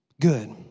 Good